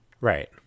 right